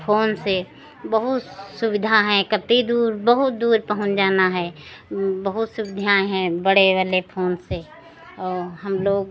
phone से बहुत सुविधा हैं कितनी दूर बहुत दूर पहुँच जाना है बहुत सुविधाएँ हैं बड़े वाले फोन से और हम लोग